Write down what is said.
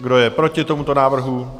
Kdo je proti tomuto návrhu?